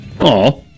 Aw